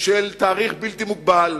של תאריך, זמן בלתי מוגבל,